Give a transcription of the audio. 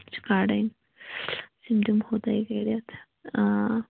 چھُ کَڑٕنۍ سِم دِمہو تۄہہِ کٔڑِتھ